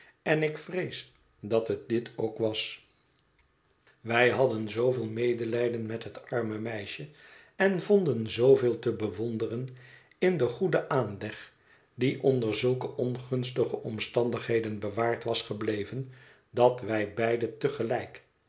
en ik vrees dat het dit ook was wij hadden zooveel medelijden met het arme meisje en vonden zooveel te bewonderen in den goeden aanleg die onder zulke ongunstige omstandigheden bewaard was gebleven dat wij beide